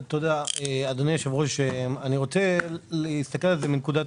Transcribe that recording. אדוני היושב-ראש, אני רוצה להסתכל על זה מנקודת